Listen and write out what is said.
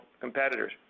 competitors